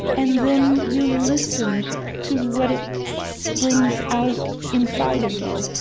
and then you listen to what it brings out inside of you.